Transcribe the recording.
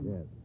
Yes